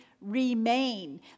remain